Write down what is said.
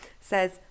says